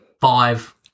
five